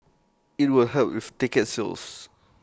IT will help with ticket sales